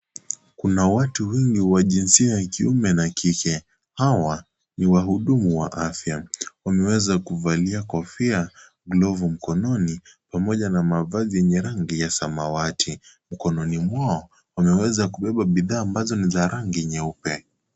Kuna watu wengi wa jinsia ya kiume na wa kike. Hawa ni wahudumu wa afya. Wameweza kuvalia kofia, glovu mkononi, pamoja na mavazi yenye rangi ya samawati. Mkononi mwao, wameweza kubeba bidhaa ambazo ni za rangi nyeupe.